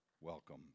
welcome